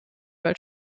welt